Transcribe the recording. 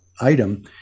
item